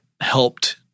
helped